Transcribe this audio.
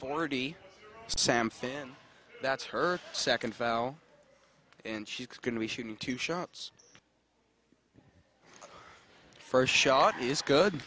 forty sam fan that's her second and she's going to be shooting two shots first shot is good